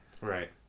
right